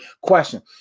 question